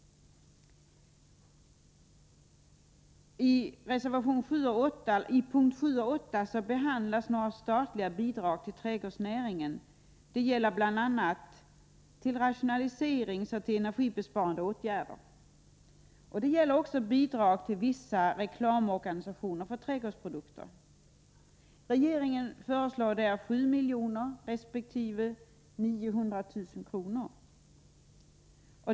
I punkterna 7 och 8 i betänkandet behandlas några statliga bidrag till trädgårdsnäringen — det gäller bl.a. bidrag till rationalisering och energibesparande åtgärder och även bidrag till vissa reklamorganisationer för trädgårdsprodukter. Regeringen föreslår 7 milj.kr. resp. 900 000 kr.